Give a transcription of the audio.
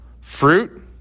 fruit